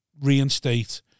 reinstate